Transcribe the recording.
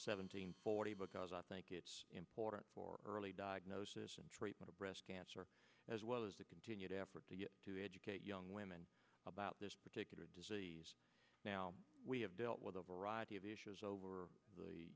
seventeen forty because i think it's important for diagnosis and treatment of breast cancer as well as the continued effort to educate young women about this particular disease now we have dealt with a variety of issues over the